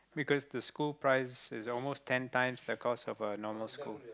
because the school price is almost ten times the cost of a normal school